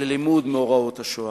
ללימוד מאורעות השואה.